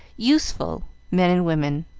useful men and women.